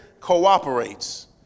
cooperates